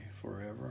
forever